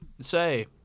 say